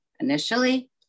initially